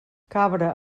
cabra